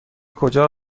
کجا